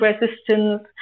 resistance